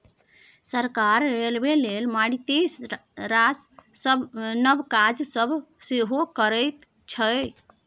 सरकार रेलबे लेल मारिते रास नब काज सब सेहो करैत छै